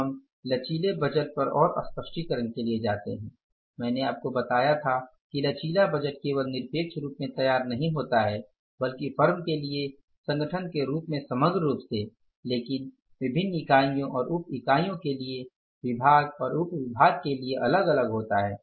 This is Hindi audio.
अब हम लचीले बजट पर और स्पष्टीकरण के लिए जाते हैं मैंने आपको बताया था कि लचीला बजट केवल निरपेक्ष रूप में तैयार नहीं होता है बल्कि फर्म के लिए संगठन के रूप में समग्र रूप से लेकिन विभिन्न इकाइयों और उप इकाइयों के लिए विभाग और उप विभाग के लिए अलग अलग होता है